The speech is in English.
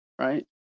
right